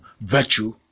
virtue